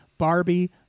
barbie